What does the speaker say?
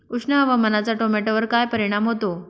उष्ण हवामानाचा टोमॅटोवर काय परिणाम होतो?